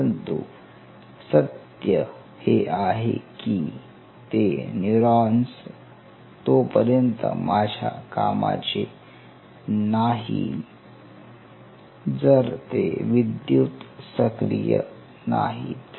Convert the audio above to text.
परंतु सत्य हे आहे कि तें न्यूरॉन्स तोपर्यंत माझ्या कामाचे नाही जर ते विद्युत सक्रिय नाहीत